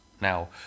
Now